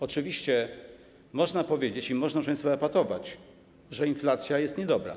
Oczywiście można powiedzieć i można, proszę państwa, epatować, że inflacja jest niedobra.